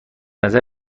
نظر